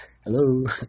hello